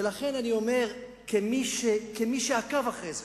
ולכן אני אומר, כמי שעקב אחרי זה,